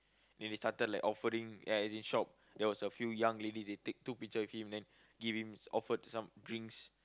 then they started like offering ya it's in shop there was a few young lady they take two picture with him then give him offered some drinks